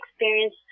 experience